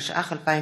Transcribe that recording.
התשע"ח 2017,